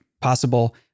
possible